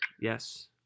Yes